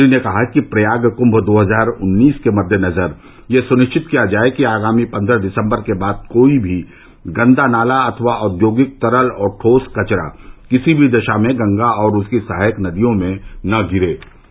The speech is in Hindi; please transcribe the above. मुख्यमंत्री ने कहा कि प्रयाग कुम्भ दो हजार उन्नीस के मद्देनजर यह सुनिष्चित किया जाये कि आगामी पन्द्रह दिसम्बर के बाद कोई भी गंदा नाला अथवा औद्योगिक तरल और ठोस कचरा किसी भी दषा में गंगा और उसकी सहायक नदियों में न गिरे